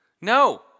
no